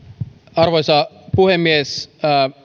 arvoisa puhemies